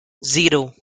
zero